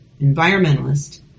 environmentalist